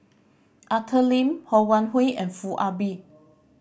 Arthur Lim Ho Wan Hui and Foo Ah Bee